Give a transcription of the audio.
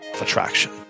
attraction